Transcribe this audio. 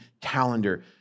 calendar